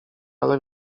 ale